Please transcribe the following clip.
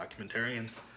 documentarians